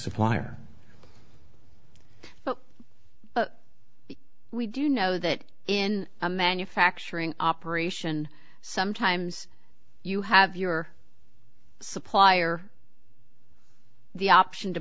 supplier but we do know that in a manufacturing operation sometimes you have your supplier the option to